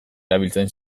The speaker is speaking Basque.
erabiltzen